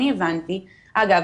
אגב,